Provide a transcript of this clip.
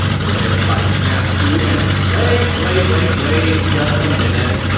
so everybody snapped to and, wait, wait, wait wait just a minute.